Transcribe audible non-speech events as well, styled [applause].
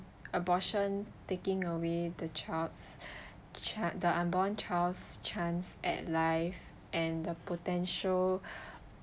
abortion taking away the child's [breath] chance the unborn child's chance at life and the potential [breath]